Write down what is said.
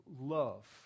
love